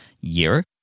year